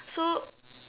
so